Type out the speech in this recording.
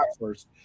first